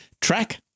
track